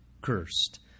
cursed